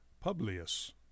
Publius